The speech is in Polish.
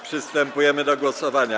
Przystępujemy do głosowania.